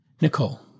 Nicole